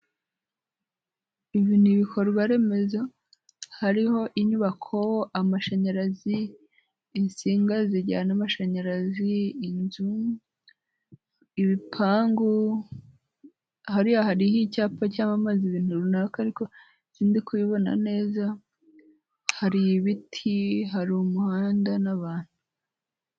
Ibi ni ibikorwaremezo, hariho inyubako, amashanyarazi, insinga zijyana amashanyarazi, inzu, ibipangu, hariya hariho icyapa cyamamaza ibintu runaka ariko sindi kubibona neza, hari ibiti, hari umuhanda n'abantu.